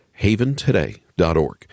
haventoday.org